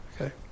Okay